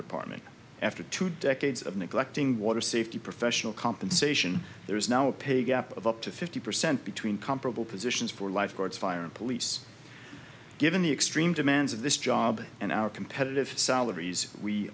department after two decades of neglecting water safety professional compensation there is now a pay gap of up to fifty percent between comparable positions for life guards fire and police given the extreme demands of this job and our competitive salaries we